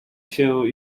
się